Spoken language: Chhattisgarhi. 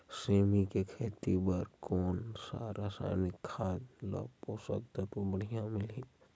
सेमी के खेती बार कोन सा रसायनिक खाद ले पोषक तत्व बढ़िया मिलही?